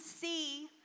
see